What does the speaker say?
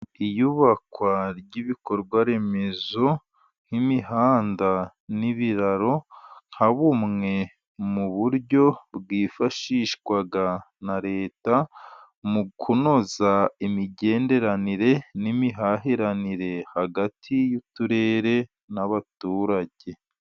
Iyubakwa ry' ibikorwaremezo, nk' imihanda n' ibiraro nka bumwe mu buryo bwifashishwa na Leta mu kunoza, imigenderanire n' imihahiranire hagati y' Uturere n' abaturage.